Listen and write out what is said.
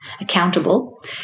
accountable